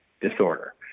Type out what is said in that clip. disorder